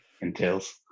entails